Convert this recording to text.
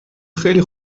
خیلی